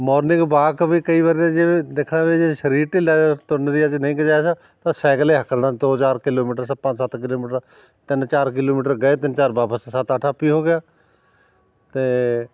morning walk ਵੀ ਕਈ ਵਾਰ ਜਿਵੇਂ ਦੇਖਿਆ ਜਾਵੇ ਜੇ ਸਰੀਰ ਢਿੱਲਾ ਤੁਰਨ ਦੀ ਜੇ ਨਹੀਂ ਗੁੰਜਾਇਸ਼ ਤਾਂ ਸਾਈਕਲ ਹੀ ਹੱਕ ਲੈਣਾ ਦੋ ਚਾਰ ਕਿਲੋਮੀਟਰ ਸ ਪੰਜ ਸੱਤ ਕਿਲੋਮੀਟਰ ਤਿੰਨ ਚਾਰ ਕਿਲੋਮੀਟਰ ਗਏ ਤਿੰਨ ਚਾਰ ਵਾਪਸ ਸੱਤ ਅੱਠ ਆਪੇ ਹੋ ਗਿਆ ਅਤੇ